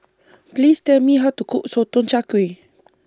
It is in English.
Please Tell Me How to Cook Sotong Char Kway